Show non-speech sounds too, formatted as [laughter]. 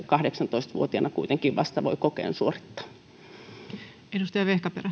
[unintelligible] kahdeksantoista vuotiaana kuitenkin vasta voi kokeen suorittaa